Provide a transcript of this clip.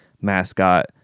mascot